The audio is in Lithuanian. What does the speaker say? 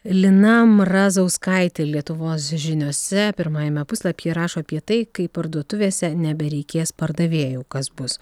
lina mrazauskaitė lietuvos žiniose pirmajame puslapyje rašo apie tai kaip parduotuvėse nebereikės pardavėjų kas bus